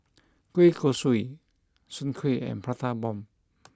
Kueh Kosui Soon Kueh and Prata Bomb